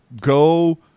go